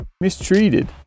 mistreated